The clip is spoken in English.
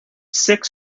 six